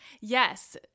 Yes